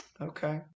okay